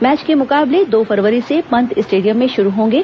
match के मुकाबले दो फरवरी से पंत स्टेडियम में शुरू होंगे